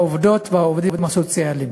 העובדות והעובדים הסוציאליים.